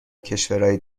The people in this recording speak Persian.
کشورای